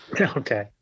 Okay